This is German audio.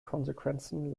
konsequenzen